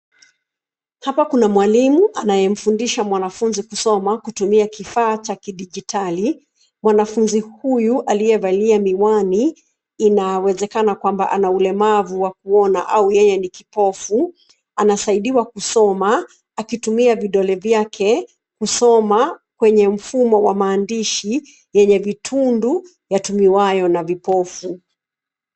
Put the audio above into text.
Hapa kuna mwalimu anayemfundisha mwanafunzi kusoma kutumia kifaa cha kidijitali. Mwanafunzi huyu aliyevalia miwani, inawezekana kwamba ana ulemavu wa kuona au yeye ni kipofu. Anasaidiwa kusoma akitumia vidole vyake kusoma kwenye mfumo wa maandishi yenye vitundu yatumiwayo na vipofu.